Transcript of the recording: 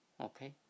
Okay